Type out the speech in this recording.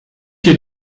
hier